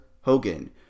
Hogan